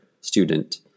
student